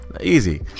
easy